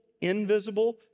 invisible